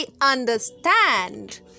understand